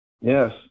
Yes